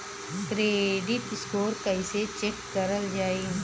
Credit score कइसे check करल जायी?